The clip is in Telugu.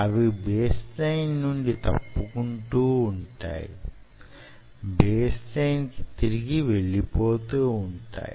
అవి బేస్ లైన్ నుండి తప్పుకుంటూ వుంటాయి బేస్ లైన్ కి తిరిగి వెళ్ళిపోతూ వుంటాయి